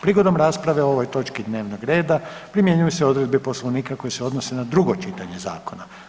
Prigodom rasprave o ovoj točki dnevnoga reda primjenjuju se odredbe Poslovnika koje se odnose na drugo čitanje zakona.